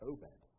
Obed